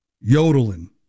Yodeling